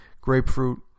grapefruit